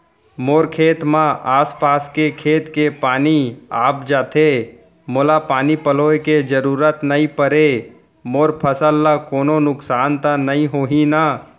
मोर खेत म आसपास के खेत के पानी आप जाथे, मोला पानी पलोय के जरूरत नई परे, मोर फसल ल कोनो नुकसान त नई होही न?